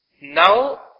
Now